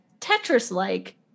Tetris-like